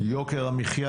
יוקר המחיה,